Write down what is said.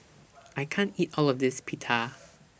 I can't eat All of This Pita